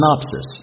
synopsis